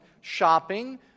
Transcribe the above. shopping